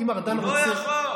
אם ארדן רוצה, הוא לא יכול.